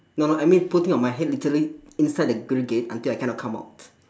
no no I mean putting on my head literally inside the grill gate until I cannot come out